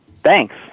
Thanks